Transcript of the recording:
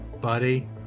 buddy